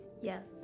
Yes